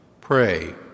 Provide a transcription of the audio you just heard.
Pray